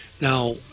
Now